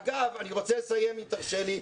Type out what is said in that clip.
אגב, אני רוצה לסיים אם תרשה לי.